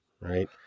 right